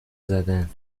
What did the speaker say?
زدن